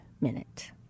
minute